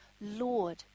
Lord